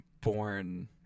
born